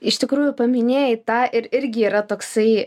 iš tikrųjų paminėjai tą ir irgi yra toksai